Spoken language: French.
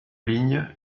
ligne